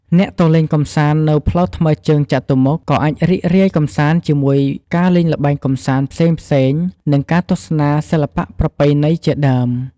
អ្នកទៅលេងកំសាន្ដនៅផ្លូវថ្មើរជើងចតុមុខ ក៏អាចរីករាយកម្សាន្ដជាមួយការលេងល្បែងកម្សាន្ដផ្សេងៗ និងការទស្សនាសិល្បៈប្រពៃណីជាដើម។